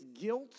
guilt